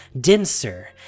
denser